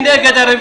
מי נגד הרוויזיה?